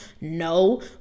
No